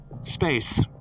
space